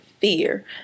fear